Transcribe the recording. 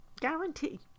guarantee